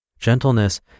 Gentleness